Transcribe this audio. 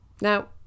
Now